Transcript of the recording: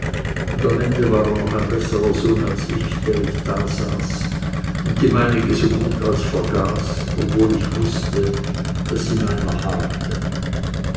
und am ende war er noch ein besserer sohn als ich der ich dasaß und die meinige so gut als vergaß obschon ich wußte daß sie meiner harrte